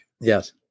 Yes